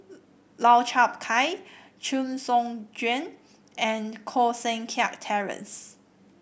Lau Chiap Khai Chee Soon Juan and Koh Seng Kiat Terence